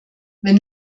wenn